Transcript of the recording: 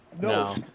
no